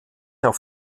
auf